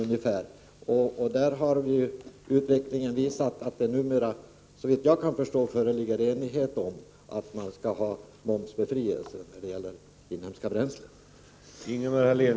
Utvecklingen sedan dess när det gäller inhemska bränslen har såvitt jag förstår lett till att det numera föreligger enighet om att man skall ha momsbefrielse för sådana bränslen.